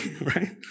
right